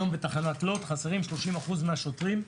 היום בתחנת לוד חסרים 30% מהשוטרים,